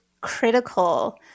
critical